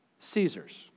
caesar's